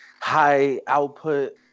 high-output